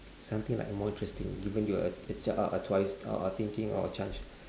something like more interesting given you a a a ch~ a twice or a thinking or a chance